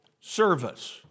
service